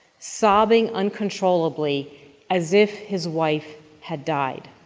sobbing uncontrollably as if his wife had died.